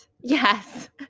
Yes